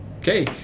Okay